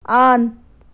on